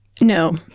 no